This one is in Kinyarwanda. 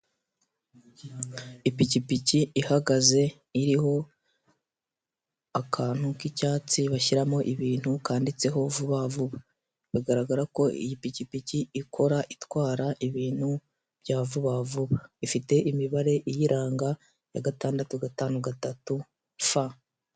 Ipikipiki ihagaze iriho akantu k'icyatsi bashyiramo ibintu kanditseho vubavuba, bigaragara ko iyi pikipiki ikora itwara ibintu bya vubavuba, ifite imibare iyiranga ya gatandatu gatanu gatatu fa.